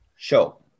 show